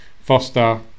Foster